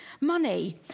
money